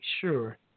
sure